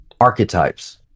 archetypes